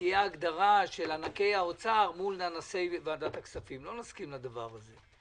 שתהיה הגדרה של ענקי האוצר מול ננסי ועדת הכספים - לא נסכים לדבר הזה.